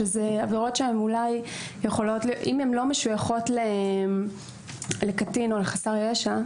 שאלה עבירות שאם הן לא משויכות לקטין או לחסר ישע,